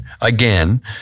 again